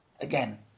again